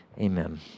Amen